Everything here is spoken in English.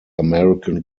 american